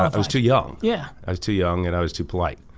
i was too young, yeah i was too young and i was too polite.